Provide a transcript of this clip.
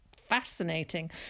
fascinating